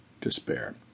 despair